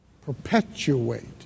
perpetuate